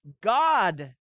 God